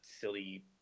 silly